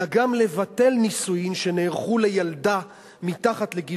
אלא גם לבטל נישואים שנערכו לילדה מתחת לגיל